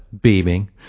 beaming